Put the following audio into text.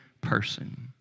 person